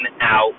out